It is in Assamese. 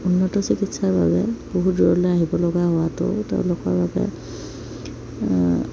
উন্নত চিকিৎসাৰ বাবে বহু দূৰলৈ আহিব লগা হোৱাতো তেওঁলোকৰ বাবে